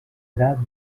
serà